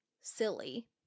silly